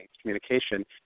communication